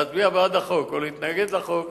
להצביע בעד החוק או להתנגד לחוק,